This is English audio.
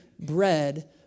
bread